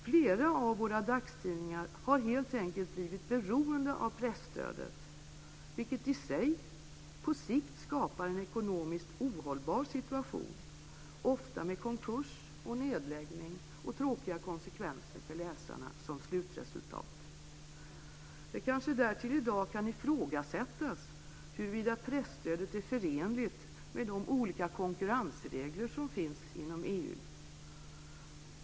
Flera av våra dagstidningar har helt enkelt blivit beroende av presstödet, vilket i sig på sikt skapar en ekonomiskt ohållbar situation, ofta med konkurs, nedläggning och tråkiga konsekvenser för läsarna som slutresultat. Det kanske därtill i dag kan ifrågasättas huruvida presstödet är förenligt med de olika konkurrensregler som finns inom EU.